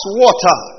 water